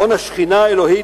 מעון השכינה האלוהית,